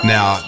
Now